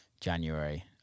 january